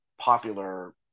popular